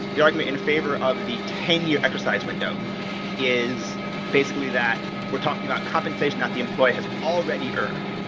the argument in favor of the ten year exercise window is basically that we're talking about compensation that the employee has already earned,